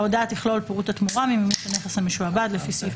ההודעה תכלול פירוט התמורה ממימוש הנכס המשועבד לפי סעיף,